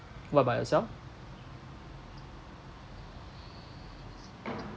what about yourself